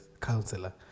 counselor